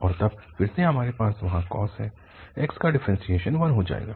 और तब फिर से हमारे पास वहाँ cos है x का डिफ्रेंशियेशन 1 हो जाएगा